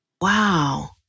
Wow